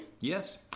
Yes